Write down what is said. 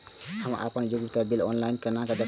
हम अपन उपयोगिता बिल ऑनलाइन केना देखब?